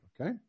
okay